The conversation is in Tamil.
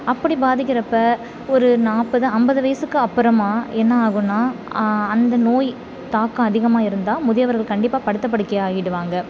அப்படி பாதிக்கிறப்போ ஒரு நாற்பது ஐம்பது வயதுக்கு அப்புறமா என்ன ஆகும்னா அந்த நோய் தாக்கம் அதிகமாக இருந்தால் முதியவர்கள் கண்டிப்பாக படுத்த படுக்கையாக ஆகிடுவாங்க